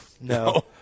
No